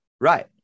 Right